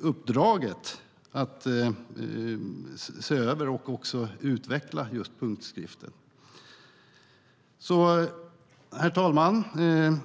uppdraget att se över och också utveckla just punktskriften. Herr talman!